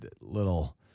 little